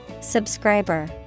Subscriber